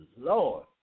lord